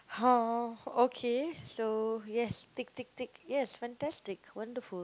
!huh! okay so yes tick tick tick yes fantastic wonderful